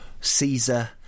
Caesar